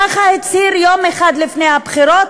ככה הוא הצהיר יום אחד לפני הבחירות,